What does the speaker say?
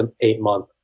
eight-month